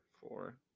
Four